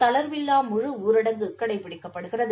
தளர்வில்லா முழும்னரடங்கு கடைபிடிக்கப்படுகிறது